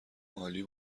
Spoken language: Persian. عالی